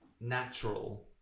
natural